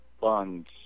Bonds